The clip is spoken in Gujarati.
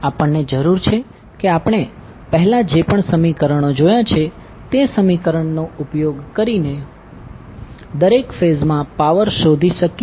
આપણને જરૂર છે કે આપણે પહેલા જે પણ સમીકરણો જોયા છે તે સમીકરણ નો ઉપયોગ કરીને દરેક ફેઝમાં પાવર શોધી શકીએ છીએ